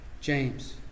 James